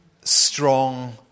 strong